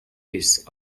his